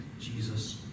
Jesus